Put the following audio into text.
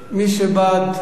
מי שבעד,